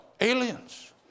Aliens